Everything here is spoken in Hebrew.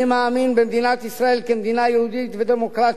אני מאמין במדינת ישראל כמדינה יהודית ודמוקרטית.